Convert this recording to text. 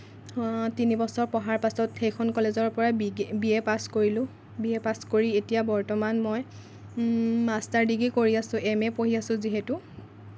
তিনিবছৰ পঢ়াৰ পিছত সেইখন কলেজৰ পৰাই বি গে বি এ পাছ কৰিলোঁ বি এ পাছ কৰি এতিয়া বৰ্তমান মই মাষ্টাৰ ডিগ্ৰী কৰি আছোঁ এম এ পঢ়ি আছোঁ যিহেতু